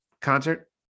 concert